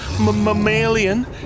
mammalian